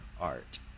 art